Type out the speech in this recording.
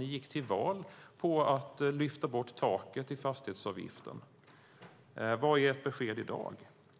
Ni gick till val på att lyfta bort taket på fastighetsavgiften. Vad är ert besked i dag?